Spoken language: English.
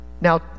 Now